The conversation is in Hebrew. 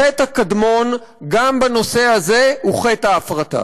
החטא הקדמון גם בנושא הזה הוא חטא ההפרטה.